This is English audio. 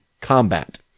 combat